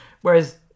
Whereas